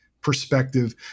perspective